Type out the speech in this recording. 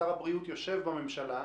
שר הבריאות יושב בממשלה.